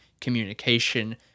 communication